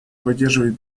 поддерживать